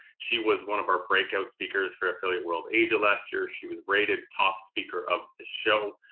she was one of our breakout speakers for afiliate world asia last year. she was rated top speaker of the show.